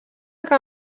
que